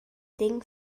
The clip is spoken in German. ding